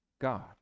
God